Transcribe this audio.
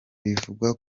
bivugwa